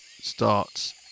starts